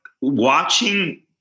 watching